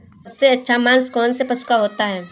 सबसे अच्छा मांस कौनसे पशु का होता है?